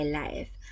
life